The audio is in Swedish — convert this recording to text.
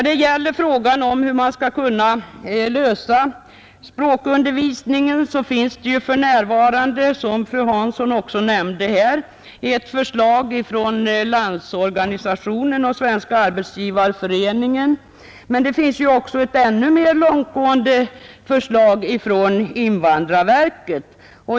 Beträffande frågan om hur man skall kunna lösa problemet med språkundervisningen finns för närvarande, som fru Hansson också nämnde, ett förslag från Landsorganisationen och Svenska arbetsgivareföreningen samt ett ännu mer långtgående sådant från invandrarverket.